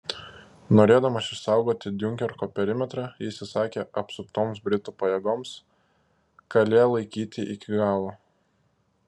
norėdamas išsaugoti diunkerko perimetrą jis įsakė apsuptoms britų pajėgoms kalė laikyti iki galo